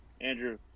Andrew